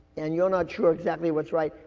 and you're not sure exactly what's right.